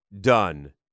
done